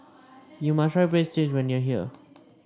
you must try Breadsticks when you are here